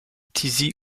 tizi